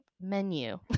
menu